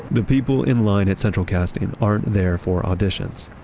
the people in line at central casting aren't there for auditions.